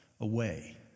away